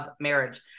marriage